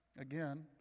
again